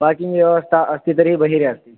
parking व्यवस्था अस्ति तर्हि बहिः अस्ति